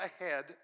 ahead